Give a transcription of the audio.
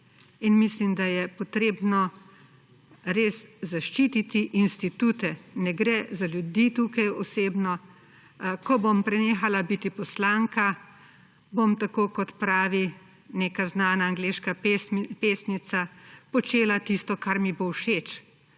In mislim, da je treba res zaščititi institute, tukaj ne gre za ljudi osebno. Ko bom prenehala biti poslanka, bom – tako kot pravi neka znana angleška pesnica – počela tisto, kar mi bo všeč.